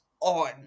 on